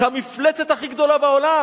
כמפלצת הכי גדולה בעולם.